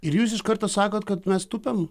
ir jūs iš karto sakot kad mes tupiam